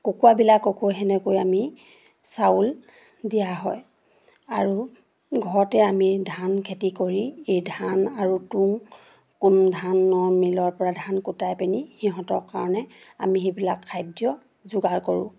কুকুৰাবিলাককো সেনেকৈ আমি চাউল দিয়া হয় আৰু ঘৰতে আমি ধান খেতি কৰি এই ধান আৰু তুঁহ কোন ধানৰ মিলৰ পৰা ধান কুটাই পিনি সিহঁতৰ কাৰণে আমি সেইবিলাক খাদ্য যোগাৰ কৰোঁ